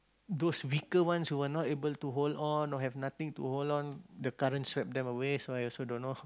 those weaker ones who were not able to hold on or have nothing to hold on the current swept them away so I also don't know